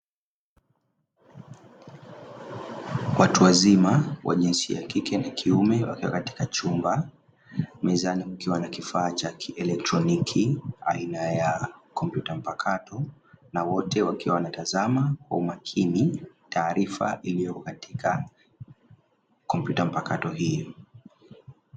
Watu wazima wa jinsia ya kike na kiume wakiwa katika chumba, mezani kukiwa na kifaa cha kielektroniki aina ya kompyuta mpakato na wote wakiwa wanatazama kwa umakini taarifa iliyo katika kompyuta mpakato hiyo.